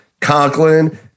Conklin